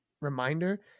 reminder